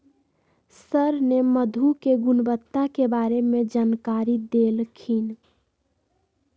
sir ने मधु के गुणवत्ता के बारे में जानकारी देल खिन